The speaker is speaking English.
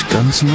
Guns